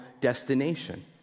destination